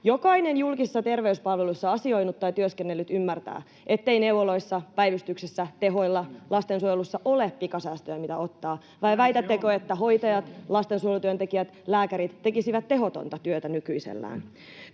Jokainen julkisissa terveyspalveluissa asioinut tai työskennellyt ymmärtää, ettei neuvoloissa, päivystyksissä, tehoilla, lastensuojelussa ole pikasäästöjä, mitä ottaa — vai väitättekö, että hoitajat, lastensuojelutyöntekijät, lääkärit tekisivät tehotonta työtä nykyisellään?